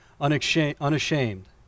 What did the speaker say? unashamed